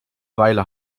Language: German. weile